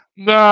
No